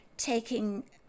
taking